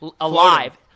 alive